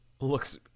looks